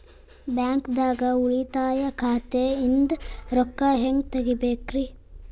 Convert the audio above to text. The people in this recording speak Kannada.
ಬ್ಯಾಂಕ್ದಾಗ ಉಳಿತಾಯ ಖಾತೆ ಇಂದ್ ರೊಕ್ಕ ಹೆಂಗ್ ತಗಿಬೇಕ್ರಿ?